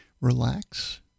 relax